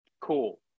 cool